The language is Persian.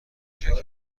شرکت